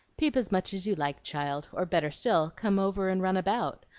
peep as much as you like, child or, better still, come over and run about.